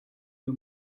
wir